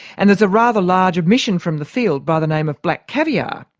and there's a rather large omission from the field by the name of black caviar,